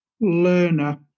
learner